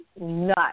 nuts